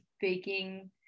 baking